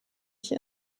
ich